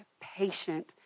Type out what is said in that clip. patient